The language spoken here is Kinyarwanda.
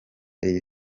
iyi